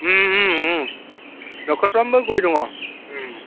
न'खरफ्रोमबो गय दङ